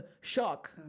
shock